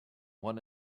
one